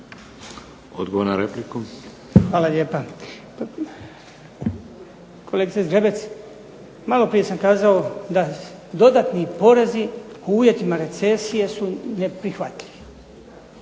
Goran (HDZ)** Hvala lijepa. Kolegice Zgrebec, maloprije sam kazao da dodatni porez u uvjetima recesije su neprihvatljivi.